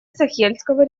сахельского